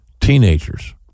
Teenagers